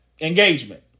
engagement